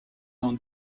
dans